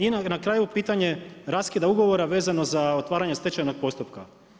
I na kraju pitanje raskida ugovora vezano za otvaranje stečajnog postupka.